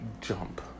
jump